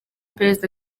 perezida